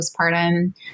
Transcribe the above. postpartum